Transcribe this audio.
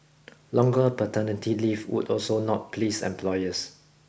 longer paternity leave would also not please employers